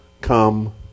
come